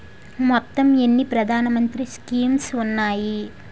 మొత్తం ఎన్ని ప్రధాన మంత్రి స్కీమ్స్ ఉన్నాయి?